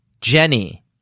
Jenny